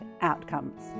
outcomes